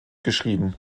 geschrieben